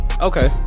Okay